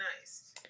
nice